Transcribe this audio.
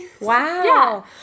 Wow